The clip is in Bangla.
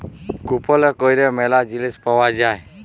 কুপলে ক্যরে ম্যালা জিলিস পাউয়া যায়